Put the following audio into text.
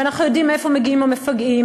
ואנחנו יודעים מאיפה מגיעים המפגעים,